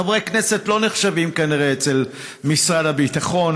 חברי כנסת לא נחשבים כנראה במשרד הביטחון,